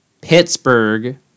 Pittsburgh